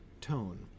tone